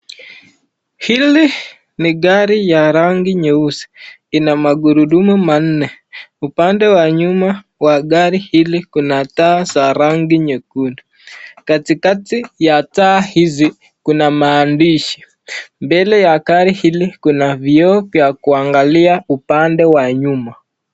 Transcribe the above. Hili ni gari ya rangi nyeusi ina magurudumu manne upande wa nyuma wa gari hili kuna taa za rangi nyekundu katikati ya taa hizi kuna maandishi mbele ya gari hili kuna vioo ya kuangalia upande wa nyuma.